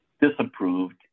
disapproved